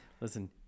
Listen